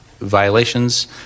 violations